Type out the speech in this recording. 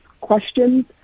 questions